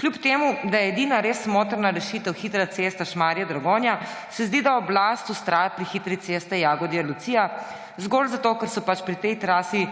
Čeprav je edina res smotrna rešitev hitra cesta Šmarje–Dragonja, se zdi, da oblast vztraja pri hitri cesti Jagodje–Lucija zgolj zato, ker so pri tej trasi